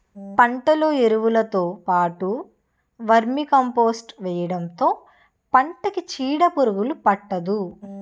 పంటలో ఎరువులుతో పాటు వర్మీకంపోస్ట్ వేయడంతో పంటకి చీడపురుగు పట్టదు